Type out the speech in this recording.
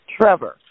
Trevor